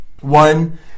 One